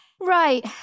Right